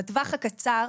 בטווח הקצר,